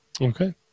Okay